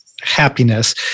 happiness